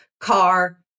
car